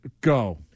go